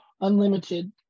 unlimited